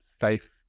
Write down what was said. safe